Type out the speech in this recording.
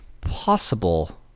possible